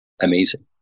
amazing